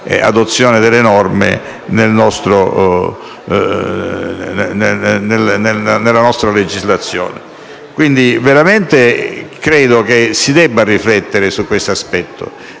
- adozione delle norme nella nostra legislazione. Credo quindi veramente che si debba riflettere su questo aspetto.